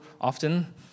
often